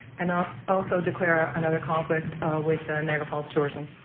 and also declare another conflict with niagara falls tourism.